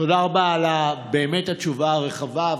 תודה רבה באמת על התשובה הרחבה,